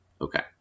okay